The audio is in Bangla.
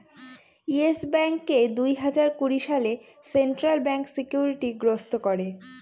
ইয়েস ব্যাঙ্ককে দুই হাজার কুড়ি সালে সেন্ট্রাল ব্যাঙ্ক সিকিউরিটি গ্রস্ত করে